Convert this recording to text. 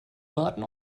warten